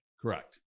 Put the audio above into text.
Correct